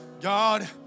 God